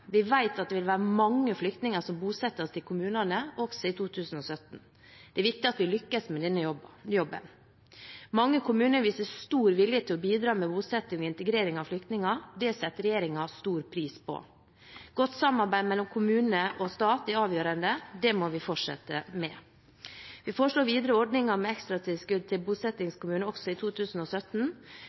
Vi vet at det vil være mange flyktninger som bosettes i kommunene også i 2017. Det er viktig at vi lykkes med denne jobben. Mange kommuner viser stor vilje til å bidra med bosetting og integrering av flyktninger. Det setter regjeringen stor pris på. Godt samarbeid mellom kommune og stat er avgjørende. Det må vi fortsette med. Vi foreslår videre en ordning med ekstratilskudd til bosettingskommuner også i 2017.